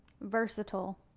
versatile